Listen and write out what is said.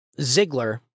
Ziegler